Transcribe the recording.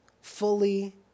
fully